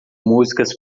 músicas